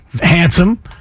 Handsome